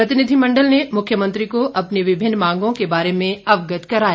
प्रतिनिधिमंडल ने मुख्यमंत्री को अपनी विभिन्न मांगों के बारे में अवगत करवाया